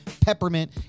peppermint